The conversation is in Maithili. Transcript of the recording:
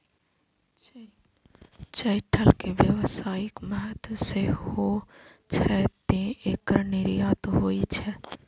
चठैल के व्यावसायिक महत्व सेहो छै, तें एकर निर्यात होइ छै